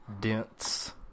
dense